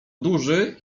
duży